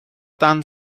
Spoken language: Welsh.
dan